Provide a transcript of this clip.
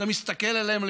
אתה מסתכל עליהם,